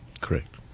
correct